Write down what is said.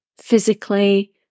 physically